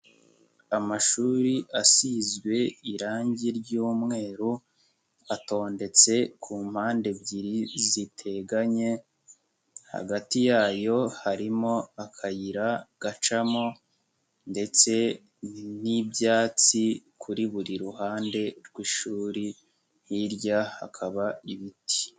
Amashuri asizwe irangi ry'umweru atondetse ku mpande ebyiri ziteganye, hagati yayo harimo akayira gacamo ndetse n'ibyatsi kuri buri ruhande rw'ishuri, hirya hakaba ibiti.